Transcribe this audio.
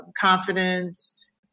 confidence